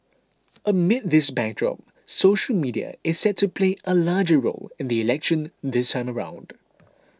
amid this backdrop social media is set to play a larger role in the election this time around